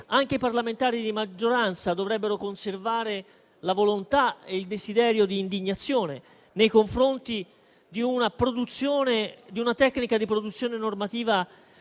Anche i parlamentari di maggioranza dovrebbero conservare la volontà e il desiderio di indignazione nei confronti di una tecnica di produzione normativa